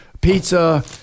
pizza